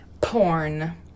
Porn